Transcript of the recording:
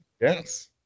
Yes